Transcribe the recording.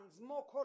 More